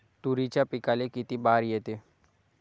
तुरीच्या पिकाले किती बार येते?